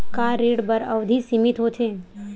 का ऋण बर अवधि सीमित होथे?